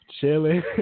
chilling